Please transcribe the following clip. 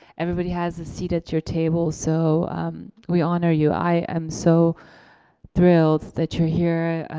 everybody has a seat at your table so we honor you. i am so thrilled that you're here.